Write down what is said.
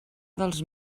dels